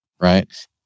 right